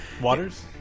Waters